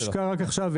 עכשיו,